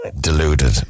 Deluded